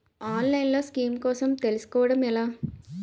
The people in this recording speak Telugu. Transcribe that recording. ఆన్లైన్లో స్కీమ్స్ కోసం తెలుసుకోవడం ఎలా?